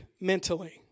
mentally